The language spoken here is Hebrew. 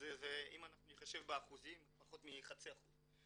אם נחשב באחוזים זה פחות מ-0.5%.